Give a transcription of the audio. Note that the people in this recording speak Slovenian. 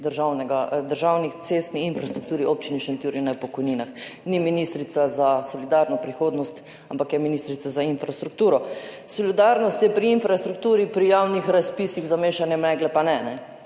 državni cestni infrastrukturi v občini Šentjur in o pokojninah, ni ministrica za solidarno prihodnost, ampak je ministrica za infrastrukturo. Solidarnost je pri infrastrukturi, pri javnih razpisih, za mešanje megle pa ne,